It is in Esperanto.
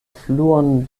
fluon